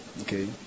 okay